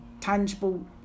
tangible